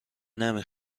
نمی